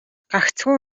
гагцхүү